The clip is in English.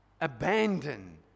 abandon